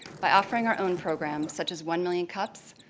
by offering our own programs such as one million cups,